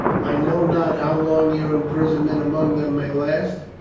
i know not how long your imprisonment among them may last.